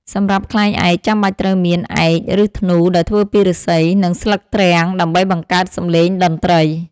សម្រាប់ខ្លែងឯក ចាំបាច់ត្រូវមាន ឯក ឬធ្នូ ដែលធ្វើពីឫស្សី និងស្លឹកទ្រាំង ដើម្បីបង្កើតសំឡេងតន្ត្រី។